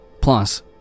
Plus